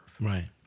Right